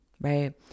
right